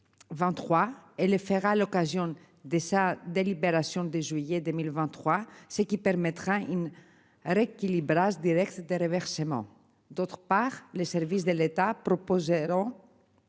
faire à l'occasion des sa délibération dès juillet 2023, ce qui permettra une arrêt qui brasse des de reversement. D'autre part, les services de l'État proposeront.